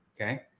Okay